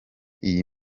iyi